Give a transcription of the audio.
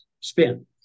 spin